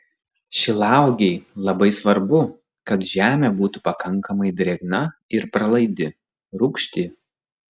šilauogei labai svarbu kad žemė būtų pakankamai drėgna ir pralaidi rūgšti